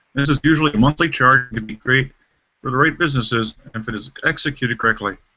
this is usually a monthly charge and can be great for the right businesses and if it is executed correctly.